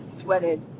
sweated